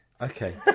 Okay